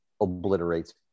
obliterates